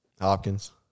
Hopkins